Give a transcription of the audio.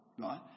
Right